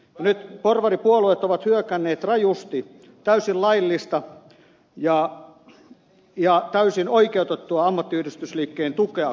nyt porvaripuolueet ovat hyökänneet rajusti täysin laillista ja täysin oikeutettua ammattiyhdistysliikkeen tukea kohtaan